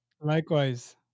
Likewise